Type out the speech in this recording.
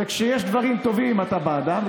וכשיש דברים טובים אתה בעדם,